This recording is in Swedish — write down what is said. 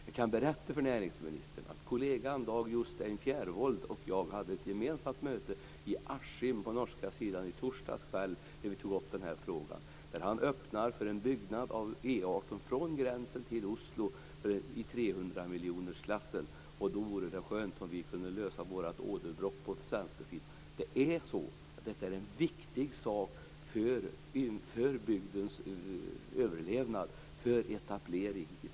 Jag kan berätta för näringsministern att kollegan Dag Jostein Fjærvoll och jag ett möte i Askim i Norge i torsdags kväll där vi tog upp denna fråga. Fjærvoll öppnar för en byggnad av E 18 från gränsen till Oslo i 300-miljonersklassen. Det vore skönt om vi kunde lösa problemet med vårt åderbråck på den svenska sidan. Detta är en viktig sak för bygdens överlevnad och för etablering.